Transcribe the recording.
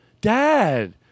Dad